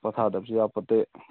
ꯄꯣꯊꯥꯗꯕꯁꯨ ꯌꯥꯕꯄꯣꯠ ꯅꯠꯇꯦ